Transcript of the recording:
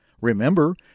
Remember